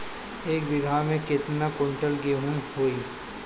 एक बीगहा में केतना कुंटल गेहूं होई?